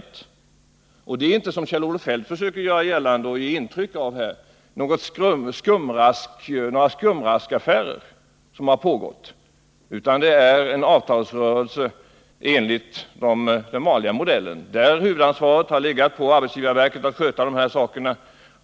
Det är alltså inte, som Kjell-Olof Feldt försöker göra gällande, några skumraskaffärer som har pågått, utan vi har haft en avtalsrörelse, där huvudansvaret har legat på arbetsgivarverket